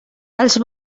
els